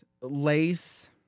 lace